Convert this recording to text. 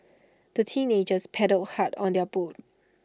the teenagers paddled hard on their boat